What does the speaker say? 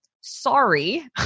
sorry